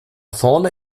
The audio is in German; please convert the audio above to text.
vorne